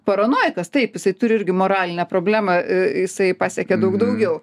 paranojikas taip jisai turi irgi moralinę problemą jisai pasiekė daug daugiau